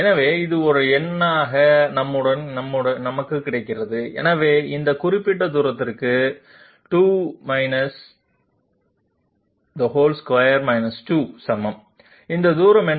எனவே இது ஒரு எண்ணாக நம்முடன் கிடைக்கும் எனவே இந்த குறிப்பிட்ட தூரத்திற்கு சமம் இந்த தூரம் என்ன